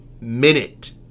minute